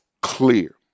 clear